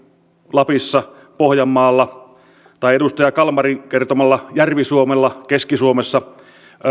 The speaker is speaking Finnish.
lapissa pohjanmaalla tai edustaja kalmarin kertomassa järvi suomessa keski suomessa